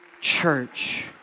church